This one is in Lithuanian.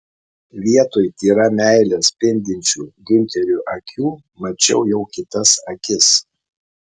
vietoj tyra meile spindinčių giunterio akių mačiau jau kitas akis